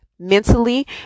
mentally